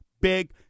big